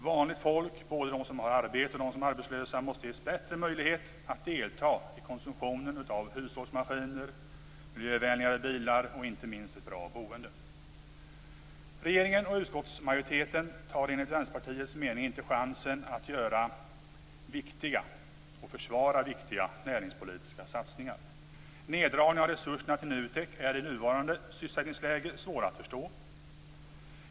Vanligt folk - både de som har arbete och de som är arbetslösa - måste ges bättre möjlighet att delta i konsumtionen av hushållsmaskiner, miljövänligare bilar och inte minst ett bra boende. Vänsterpartiets mening inte chansen att försvara viktiga näringspolitiska satsningar. Neddragningen av resurserna till NUTEK är i nuvarande sysselsättningsläge svåra att förstå.